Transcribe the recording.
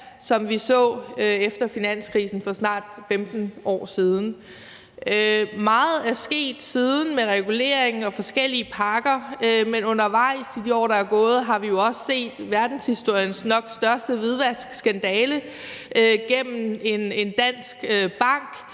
som vi så det efter finanskrisen for snart 15 år siden. Meget er sket siden med regulering og forskellige pakker, men undervejs i de år, der er gået, har vi jo også set verdenshistoriens nok største hvidvaskskandale gennem en dansk bank,